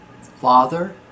Father